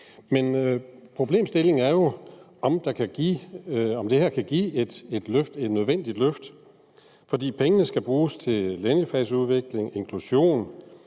Men problemstillingen er jo, om det her kan give et nødvendigt løft, for pengene skal bruges til linjefagsudvikling, inklusion,